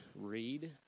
read